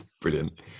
brilliant